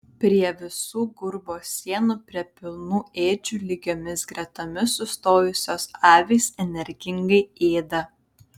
prie visų gurbo sienų prie pilnų ėdžių lygiomis gretomis sustojusios avys energingai ėda